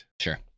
Sure